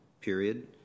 period